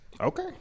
Okay